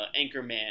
Anchorman